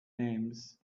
names